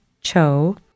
Cho